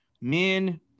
men-